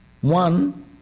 one